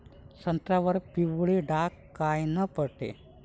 संत्र्यावर पिवळे डाग कायनं पडते?